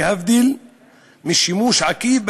להבדיל משימוש עקיף,